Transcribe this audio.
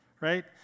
right